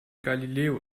galileo